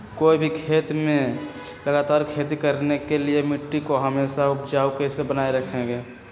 कोई भी खेत में लगातार खेती करने के लिए मिट्टी को हमेसा उपजाऊ कैसे बनाय रखेंगे?